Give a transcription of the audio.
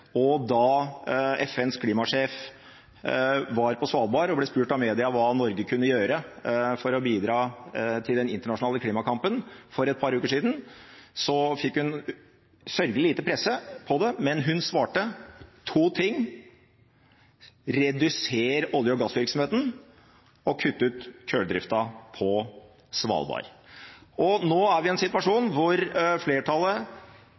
gjøre. Da FNs klimasjef var på Svalbard og ble spurt av media hva Norge kunne gjøre for å bidra til den internasjonale klimakampen for et par uker siden, fikk hun sørgelig lite presse på det, men hun svarte to ting: Reduser olje- og gassvirksomheten og kutt ut kulldriften på Svalbard. Nå er vi i en situasjon hvor flertallet,